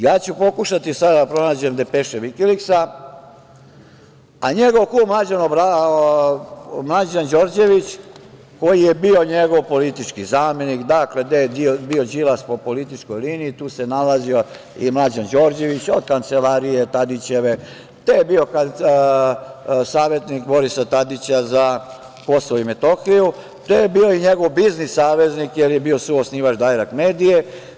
Ja ću pokušati sada da pronađem depeše Vikiliksa, a njegov kum Mlađan Đorđević, koji je bio njegov politički zamenik, dakle, gde je bio Đilas po političkoj liniji tu se nalazio i Mlađan Đorđević, od kancelarije Tadićeve, to je bio savetnik Borisa Tadića za Kosovo i Metohiju, to je bio i njegov biznis saveznik jer je bio suosnivač „Dajrekt medije“